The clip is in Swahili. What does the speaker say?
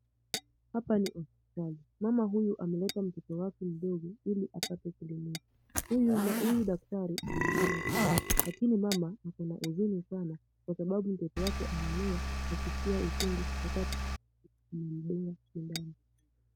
Hapa ni hospitali. Mama huyu ameleta mtoto wake mdogo ili apate kliniki. Hugu daktari anamdunga sindano. Lakini mama ana huzuni sana kwa sababu mtoto wake analia kupitia uchungu wakati anamdunga sindano.